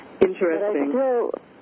Interesting